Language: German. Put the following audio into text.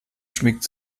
schmiegt